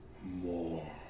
More